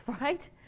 right